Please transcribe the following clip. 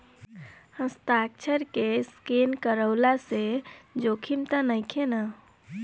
हस्ताक्षर के स्केन करवला से जोखिम त नइखे न?